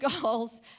goals